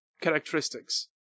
characteristics